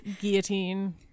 guillotine